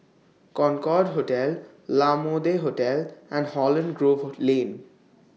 Concorde Hotel La Mode Hotel and Holland Grove Lane